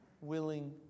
willing